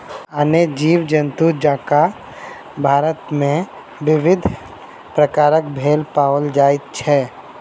आने जीव जन्तु जकाँ भारत मे विविध प्रकारक भेंड़ पाओल जाइत छै